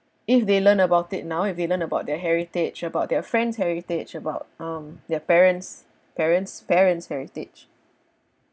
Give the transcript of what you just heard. if they learn about it now if they learn about their heritage about their friend's heritage about um their parents' parents' parents' heritage